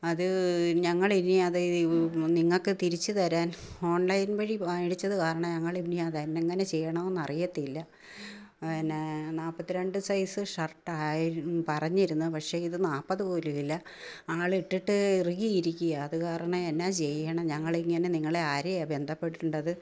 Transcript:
അത് ഞങ്ങളിനി അത് നിങ്ങൾക്ക് തിരിച്ചു തരാൻ ഓൺലൈൻ വഴി മേടിച്ചത് കാരണം ഞങ്ങൾ ഇനി അതെങ്ങനെ ചെയ്യണമെന്നറിയത്തില്ല പിന്നെ നാൽപ്പത്തി രണ്ട് സൈസ് ഷർട്ടായിരുന്നു പറഞ്ഞിരുന്നത് പക്ഷേ ഇത് നാൽപ്പത് പോലും ഇല്ല ആളിട്ടിട്ട് ഇറുകിയിരിക്കുക അത്കാരണം എന്നാ ചെയ്യണം ഞങ്ങളിങ്ങനെ നിങ്ങളെ ആരെയാണ് ബന്ധപ്പെടെണ്ടത്